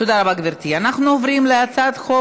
הודעה למזכירת הכנסת.